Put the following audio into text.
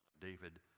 David